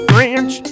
French